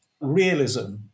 realism